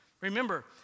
Remember